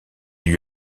lui